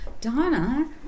Donna